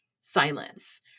silence